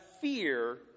fear